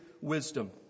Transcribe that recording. wisdom